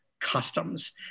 customs